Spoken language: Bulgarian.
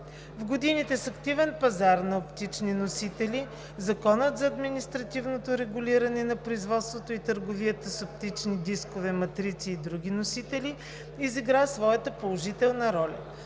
В годините с активен пазар на оптични носители Законът за административното регулиране на производството и търговията с оптични дискове, матрици и други носители изигра своята положителна роля.